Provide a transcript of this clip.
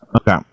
okay